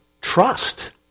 trust